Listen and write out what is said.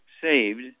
saved